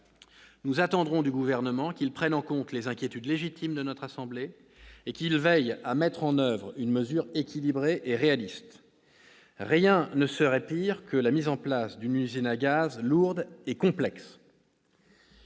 Nous attendrons du Gouvernement qu'il prenne en compte les inquiétudes légitimes de notre assemblée et qu'il veille à mettre en oeuvre une mesure équilibrée et réaliste. Rien ne serait pire que la mise en place d'une « usine à gaz » lourde et complexe.